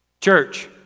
Church